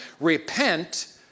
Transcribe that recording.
repent